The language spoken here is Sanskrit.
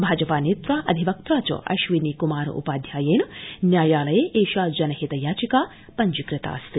भाजपा नेत्रा अधिवक्त्रा च अश्विनी क्मार उपाध्यायेन न्यायालये एषा जनहित याचिका पञ्जीकतास्ति